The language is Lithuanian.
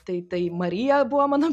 tai tai marija buvo mano